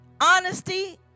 honesty